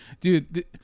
dude